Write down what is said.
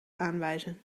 aanwijzen